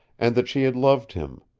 and that she had loved him,